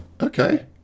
okay